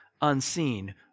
unseen